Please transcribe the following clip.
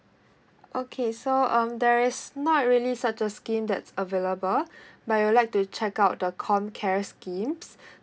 okay so um there is not really certain scheme that's available but you would like to check out the com care schemes